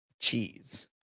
Cheese